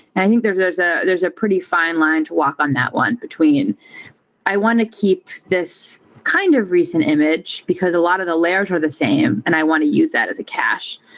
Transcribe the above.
and i think there's there's ah a pretty fine line to walk on that one between i want to keep this kind of recent image, because a lot of the layers are the same and i want to use that as a cache.